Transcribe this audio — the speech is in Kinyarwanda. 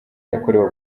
yakorewe